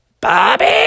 Bobby